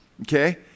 Okay